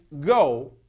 go